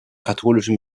katholischen